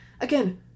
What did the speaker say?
again